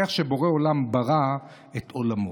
איך שבורא עולם ברא את עולמו.